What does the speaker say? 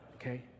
Okay